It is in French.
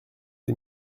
des